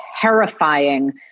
terrifying